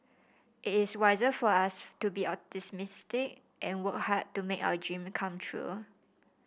it is wiser for us to be optimistic and work hard to make our dream come true